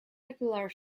regular